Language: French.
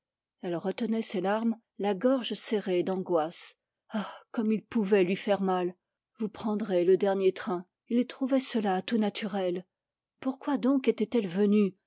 elle retenait ses larmes la gorge serrée d'angoisse ah comme il pouvait lui faire mal vous prendrez le dernier train il trouvait cela tout naturel pourquoi donc était-elle venue